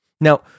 Now